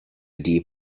deep